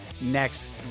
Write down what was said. next